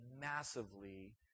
massively